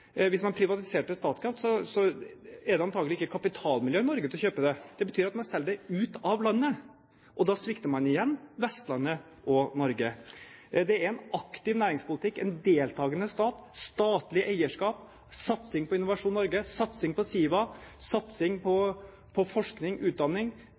Hvis man privatiserte Statkraft, er det antagelig ikke kapitalmiljøer i Norge til å kjøpe det. Det betyr at man selger det ut av landet, og da svikter man igjen Vestlandet – og Norge. Det er en aktiv næringspolitikk, en deltagende stat, statlig eierskap, satsing på Innovasjon Norge, satsing på SIVA, satsing på forskning og utdanning